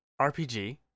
RPG